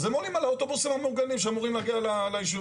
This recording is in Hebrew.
אז הם עולים על האוטובוסים הממוגנים שאמורים להגיע ליישובים.